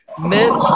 men